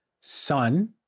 sun